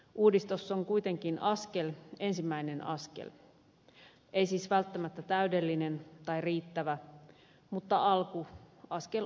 uudistus on kuitenkin askel ensimmäinen askel ei siis välttämättä täydellinen tai riittävä mutta alku askel oikeaan suuntaan